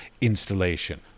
installation